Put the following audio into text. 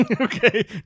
Okay